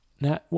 Now